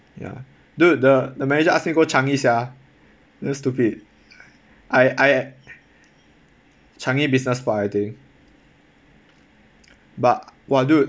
ya dude the the manager ask me go changi sia uh stupid I I changi business park I think but !wah! dude